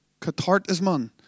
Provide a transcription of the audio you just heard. katartisman